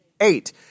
Eight